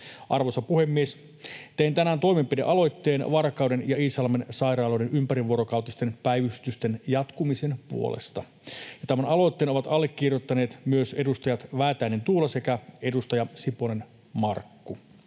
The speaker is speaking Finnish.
Arvoisa puhemies! Tein tänään toimenpidealoitteen Varkauden ja Iisalmen sairaaloiden ympärivuorokautisten päivystysten jatkumisen puolesta, ja tämän aloitteen ovat allekirjoittaneet myös edustaja Väätäinen, Tuula sekä edustaja Siponen, Markku.